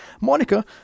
Monica